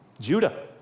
Judah